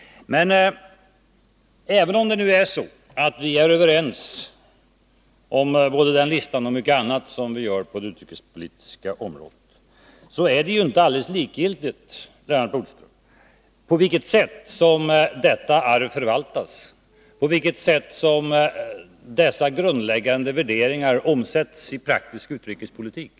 Men även om vi nu skulle vara överens om både den listan och mycket annat på det utrikespolitiska området, är det ändå inte alldeles likgiltigt, Lennart Bodström, på vilket sätt detta arv förvaltas, på vilket sätt dessa grundläggande värderingar omsätts i praktisk utrikespolitik.